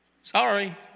Sorry